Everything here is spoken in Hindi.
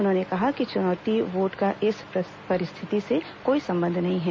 उन्होंने कहा कि चुनौती वोट का इस परिस्थिति से कोई संबंध नहीं है